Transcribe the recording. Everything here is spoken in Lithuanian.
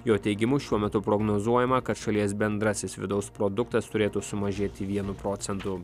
jo teigimu šiuo metu prognozuojama kad šalies bendrasis vidaus produktas turėtų sumažėti vienu procentu